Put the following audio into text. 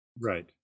Right